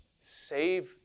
save